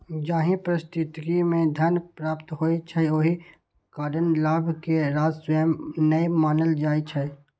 जाहि परिस्थिति मे धन प्राप्त होइ छै, ओहि कारण लाभ कें राजस्व नै मानल जाइ छै